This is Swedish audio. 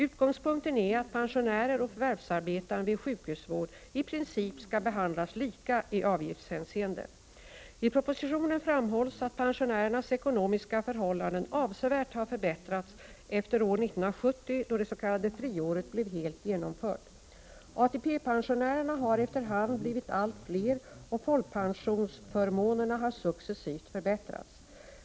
Utgångspunkten är att pensionärer och förvärvsarbetande vid sjukhusvård i princip skall behandlas lika i avgiftshänseende. I propositionen framhålls att pensionärernas ekonomiska förhållanden avsevärt har förbättrats efter år 1970, då det s.k. friåret blev helt genomfört. ATP-pensionärerna har efter hand blivit allt fler, och folkpensionsförmånerna har successivt förbättrats.